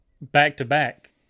back-to-back